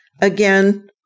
Again